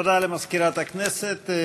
תודה למזכירת הכנסת.